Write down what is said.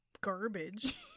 garbage